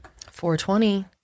420